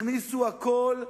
אבל הכניסו הכול מכול.